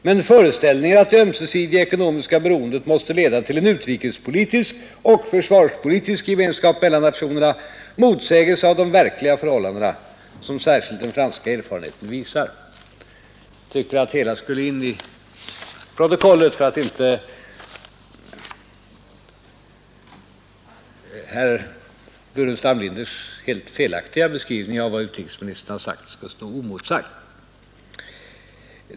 Men föreställningen att det ömsesidiga ekonomiska beroendet måste leda till en utrikesoch försvarspolitisk gemenskap mellan nationerna motsäges av de verkliga förhållandena som särskilt den franska erfarenheten visar.” Jag tycker att detta borde komma in i protokollet, så att herr Burenstam Linders helt felaktiga beskrivning av vad utrikesministern sagt inte skall stå oemotsagd.